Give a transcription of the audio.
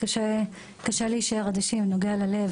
כל מקרה נוגע ללב.